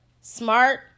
smart